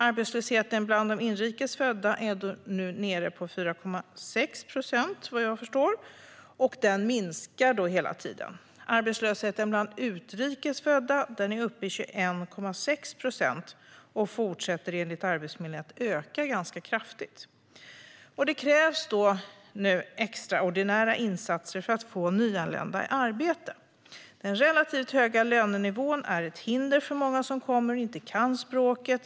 Arbetslösheten bland de inrikes födda är nu nere på 4,6 procent, vad jag förstår, och minskar hela tiden. Arbetslösheten bland utrikes födda är uppe i 21,6 procent och fortsätter enligt Arbetsförmedlingen att öka ganska kraftigt. Det krävs nu extraordinära insatser för att få nyanlända i arbete. Den relativt höga lönenivån är ett hinder för många som kommer och inte kan språket.